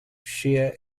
sheer